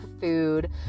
food